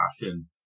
passion